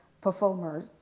performers